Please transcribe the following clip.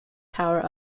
tower